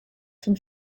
from